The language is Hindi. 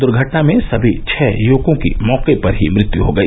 दुर्घटना में सभी छह युवकों की मौके पर ही मृत्यु हो गई